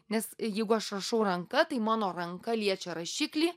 nes jeigu aš rašau ranka tai mano ranka liečia rašiklį